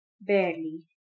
Barely